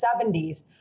70s